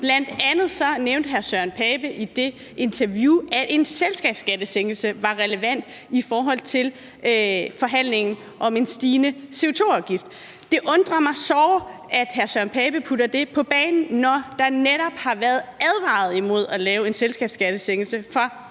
Bl.a. nævnte hr. Søren Pape Poulsen i det interview, at en selskabsskattesænkning var relevant i forhold til forhandlingen om en stigende CO2-afgift. Det undrer mig såre, at hr. Søren Pape Poulsen spiller det på banen, når der netop har været advaret imod at lave en selskabsskattesænkning fra